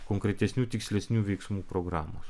konkretesnių tikslesnių veiksmų programos